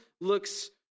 Looks